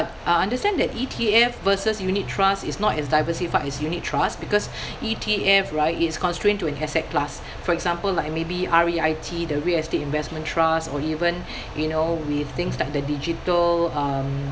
I understand that E_T_F versus unit trust is not as diversified as unit trust because E_T_F right it's constrained to an asset class for example like maybe R_E_I_T the real estate investment trust or even you know we have things like the digital um